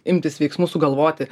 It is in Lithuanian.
imtis veiksmų sugalvoti